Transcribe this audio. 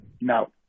No